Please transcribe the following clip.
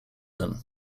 them